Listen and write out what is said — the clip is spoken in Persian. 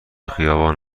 خیابان